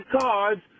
cards